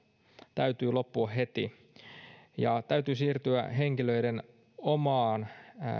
täytyy loppua heti ja täytyy siirtyä henkilöiden omaan